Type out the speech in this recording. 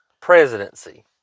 presidency